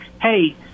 hey